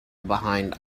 behind